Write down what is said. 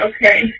Okay